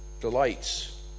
delights